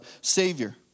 Savior